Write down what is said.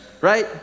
right